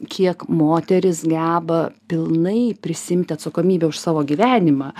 kiek moteris geba pilnai prisiimti atsakomybę už savo gyvenimą